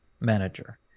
manager